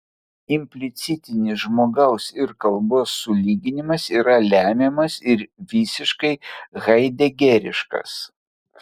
implicitinis žmogaus ir kalbos sulyginimas yra lemiamas ir visiškai haidegeriškas